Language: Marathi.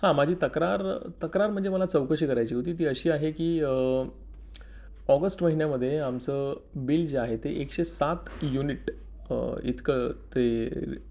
हां माझी तक्रार तक्रार म्हणजे मला चौकशी करायची होती ती अशी आहे की ऑगस्ट महिन्यामध्ये आमचं बिल जे आहे ते एकशे सात युनिट इतकं ते